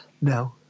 No